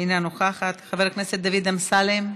אינה נוכחת, חבר הכנסת דודי אמסלם,